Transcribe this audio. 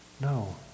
no